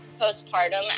postpartum